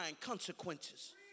consequences